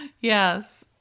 yes